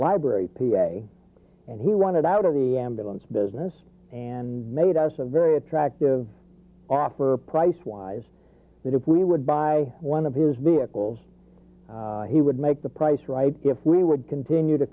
library p a and he wanted out of the ambulance business and made us a very attractive offer price wise that if we would buy one of his vehicles he would make the price right if we would continue to